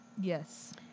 Yes